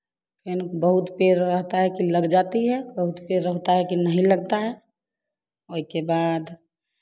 फिर बहुत पेड़ रहता है कि लग जाती है बहुत पेड़ होता है कि नहीं लगता है वही के बाद